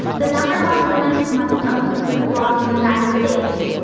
the number one women's muslim blog in the united states.